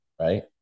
right